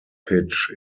pitch